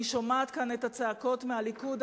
אני שומעת כאן את הצעקות מהליכוד.